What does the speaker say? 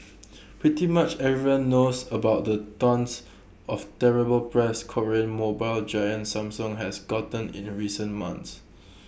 pretty much everyone knows about the tonnes of terrible press Korean mobile giant Samsung has gotten in the recent months